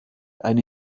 eine